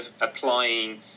applying